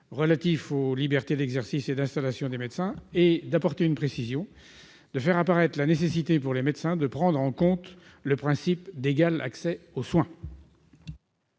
relatif aux libertés d'exercice et d'installation des médecins, afin de faire apparaître la nécessité, pour les médecins, de prendre en compte le principe d'égal accès aux soins.